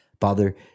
Father